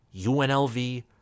UNLV